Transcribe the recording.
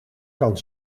kan